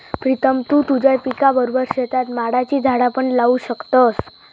प्रीतम तु तुझ्या पिकाबरोबर शेतात माडाची झाडा पण लावू शकतस